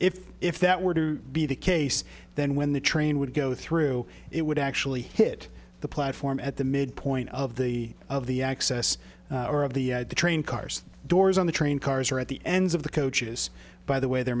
if if that were to be the case then when the train would go through it would actually hit the platform at the midpoint of the of the access of the train cars doors on the train cars are at the ends of the coaches by the way they